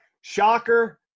Shocker